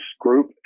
group